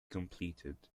completed